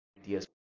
ideas